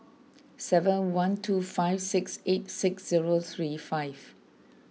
seven one two five six eight six zero three five